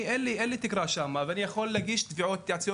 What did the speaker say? אין לי תקרה שם ואני יכול להגיש התייעצויות